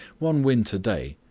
one winter day,